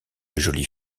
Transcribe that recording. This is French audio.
jolie